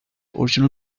original